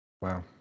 Wow